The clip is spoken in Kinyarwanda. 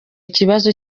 kibazo